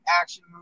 action